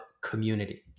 community